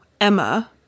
Emma